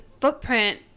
footprint